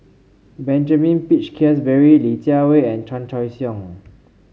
Benjamin Peach Keasberry Li Jiawei and Chan Choy Siong